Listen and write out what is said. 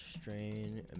strain